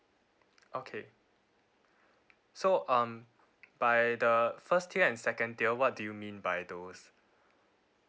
okay so um by the first tier and second tier what do you mean by those